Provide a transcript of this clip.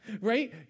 right